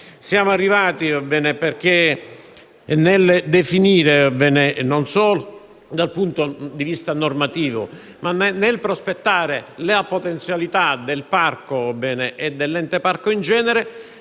siamo arrivati a questo risultato non solo dal punto di vista normativo perché, nel prospettare le potenzialità del parco e dell'ente parco in genere,